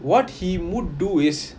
what he would do is